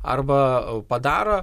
arba padaro